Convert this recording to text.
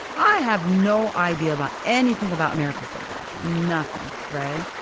i have no idea about anything about american football. nothing. right.